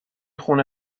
خونه